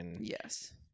Yes